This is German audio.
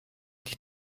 die